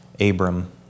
Abram